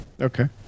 Okay